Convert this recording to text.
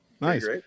nice